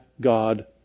god